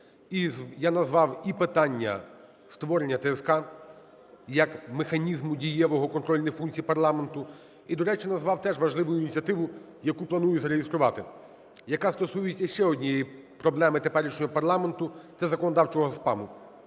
я назвав і питання створення ТСК як механізму дієвого контрольних функцій парламенту і, до речі, назвав теж важливу ініціативу, яку планую зареєструвати, яка стосується ще однієї проблеми теперішнього парламенту – це законодавчого спаму.